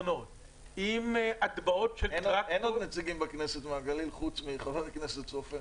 אין עוד נציגים בכנסת מהגליל חוץ מחבר הכנסת סופר.